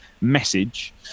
message